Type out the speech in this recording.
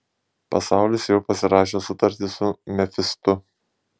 pasaulis jau pasirašė sutartį su mefistu